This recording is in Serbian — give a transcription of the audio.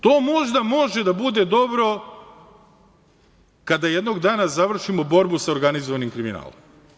To možda može da bude dobro kada jednog dana završimo borbu sa organizovanim kriminalom.